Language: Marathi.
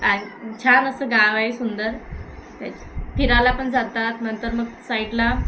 आणि छान असं गाव आहे सुंदर त्या फिरायला पण जातात नंतर मग साईडला